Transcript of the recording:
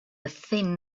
thin